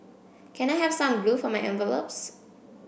can I have some glue for my envelopes